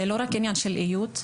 זה לא רק עניין של איות.